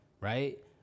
right